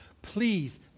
Please